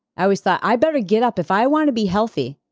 i always thought, i better get up. if i want to be healthy,